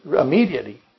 immediately